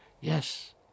Yes